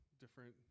different